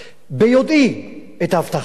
ביודעי את ההבטחה ההיא.